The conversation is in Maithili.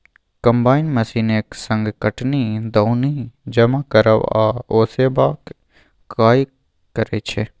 कंबाइन मशीन एक संग कटनी, दौनी, जमा करब आ ओसेबाक काज करय छै